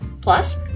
plus